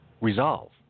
resolve